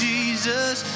Jesus